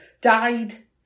died